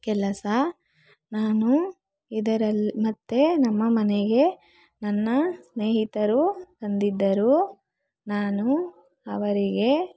ಕೆಲಸ ನಾನು ಇದರಲ್ಲಿ ಮತ್ತೆ ನಮ್ಮ ಮನೆಗೆ ನನ್ನ ಸ್ನೇಹಿತರು ಬಂದಿದ್ದರು ನಾನು ಅವರಿಗೆ